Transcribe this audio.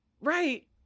right